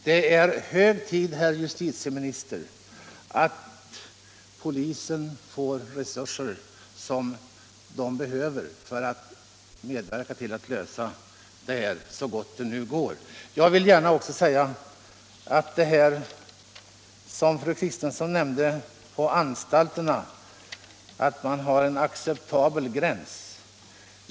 Det är hög tid, herr justitieminister, att polisen får resurser som den behöver för att medverka till att lösa problemet. Jag vill också gärna ta upp det som fru Kristensson nämnde, nämligen att man på anstalterna har en acceptabel gräns.